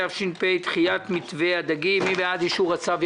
התש"ף-2019 (דחיית מתווה הדגים) מי בעד אישור הצו?